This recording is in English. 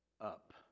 Up